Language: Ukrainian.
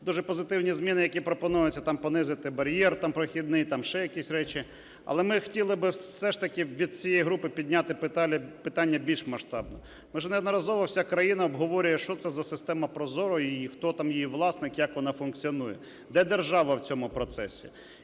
Дуже позитивні зміни, які пропонуються, там, понизити бар'єр, там, прохідний, там, ще якісь речі. Але ми хотіли би все ж таки від всієї групи підняти питання більш масштабне. Ми вже неодноразово, вся країна обговорює, що це за система ProZorro і хто там її власник, як вона функціонує, де держава в цьому процесі.